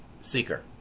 seeker